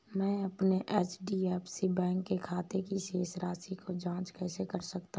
मैं अपने HDFC bank के खाते की शेष राशि की जाँच कैसे कर सकता हूँ?